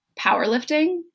powerlifting